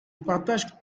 partage